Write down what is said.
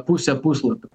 pusė puslapio